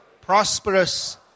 prosperous